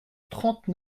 trente